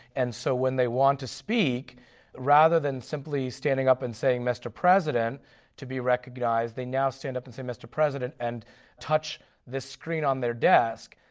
and so when they want to speak rather than simply standing up and saying mr president to be recognised they now stand up and say mr president and touch this screen on their desk.